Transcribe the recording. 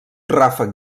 ràfec